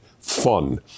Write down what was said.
fun